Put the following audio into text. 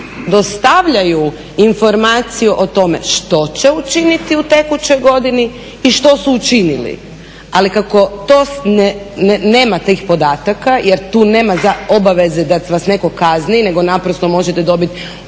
dostavljaju informaciju o tome što će učiniti u tekućoj godini i što su učinili. Ali kako to, nema tih podataka, jer tu nema obaveze da vas neko kazne, nego naprosto možete dobiti